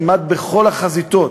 כמעט בכל החזיתות,